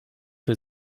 für